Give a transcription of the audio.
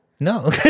No